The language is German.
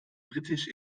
britisch